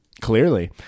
Clearly